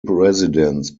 residents